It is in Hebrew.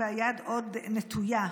והיד עוד נטויה.